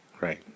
Right